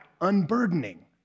unburdening